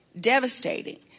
devastating